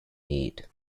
need